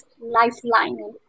lifeline